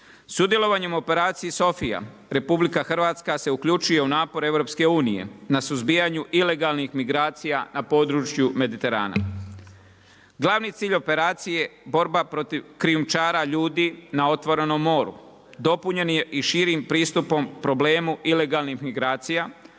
Sudjelovanjem operaciji SOPHIJA, RH se uključuje u napor EU, na suzbijanju ilegalnih migracija na području Mediterana. Glavni cilj operacije je borba protiv krijumčara ljudi na otvorenom moru. Dopunjen je i širim pristupom problemu ilegalnih migracija,